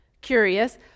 curious